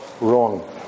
wrong